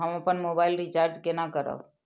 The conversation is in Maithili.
हम अपन मोबाइल रिचार्ज केना करब?